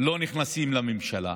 לא נכנסים לממשלה?